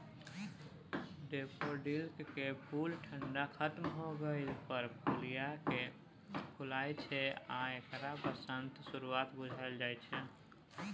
डेफोडिलकेँ फुल ठंढा खत्म होइ पर फुलाय छै आ एकरा बसंतक शुरुआत बुझल जाइ छै